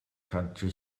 country